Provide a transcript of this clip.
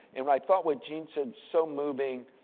and, i thought what jeanne said so moving